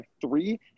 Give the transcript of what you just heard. three